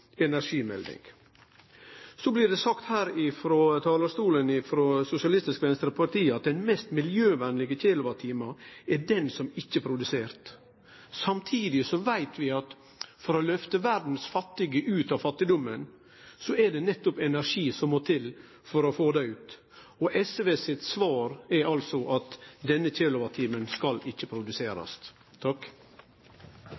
Så blir det sagt her frå talarstolen frå Sosialistisk Venstreparti at den mest miljøvennlege kilowattimen er den som ikkje er produsert. Samtidig veit vi at for å lyfte verdas fattige ut av fattigdommen er det nettopp energi som må til. Og Sosialistisk Venstreparti sitt svar er altså at denne kilowattimen skal ikkje